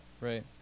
right